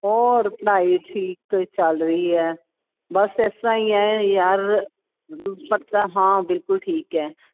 ਹੋਰ ਪੜ੍ਹਾਈ ਠੀਕ ਚੱਲ ਰਹੀ ਹੈ ਬਸ ਇਸ ਤਰ੍ਹਾਂ ਹੀ ਹੈ ਯਾਰ ਪਤਾ ਹਾਂ ਬਿਲਕੁਲ ਠੀਕ ਹੈ